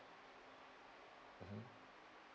mmhmm